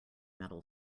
metal